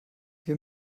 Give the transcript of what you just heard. wir